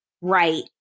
right